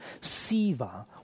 Siva